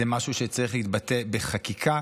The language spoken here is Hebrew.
זה משהו שצריך להתבטא בחקיקה,